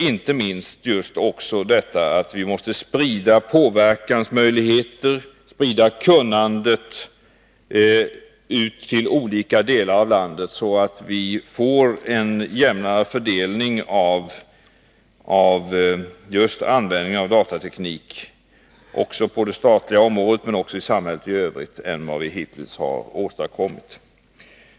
Inte minst gäller det att sprida påverkansmöjligheter och att sprida kunnande ut till olika delar av landet, så att vi får en jämnare fördelning när det gäller användning av datateknik på det statliga området och även i samhället i övrigt än den vi hittills har haft.